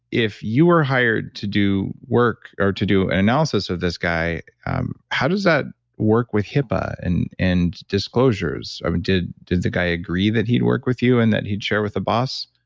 if you are hired to do work, or to do an analysis of this guy how does that work with hipaa and and disclosures? i mean did did the guy agree that he'd work with, and that he'd share with the boss?